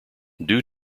due